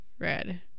Red